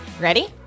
Ready